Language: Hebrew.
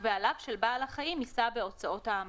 ובעליו של בעל החיים יישא בהוצאות ההמתה.